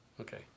okay